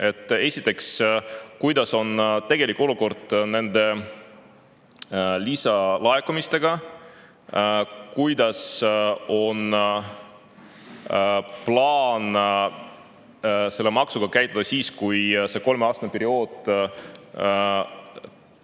Esiteks: kuidas on tegelik olukord nende lisalaekumistega? Kuidas on plaan selle maksuga käituda siis, kui saab läbi kolmeaastane periood,